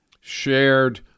shared